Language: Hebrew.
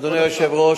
אדוני היושב-ראש,